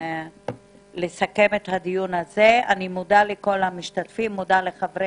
אני מודה לכל חברי